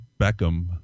Beckham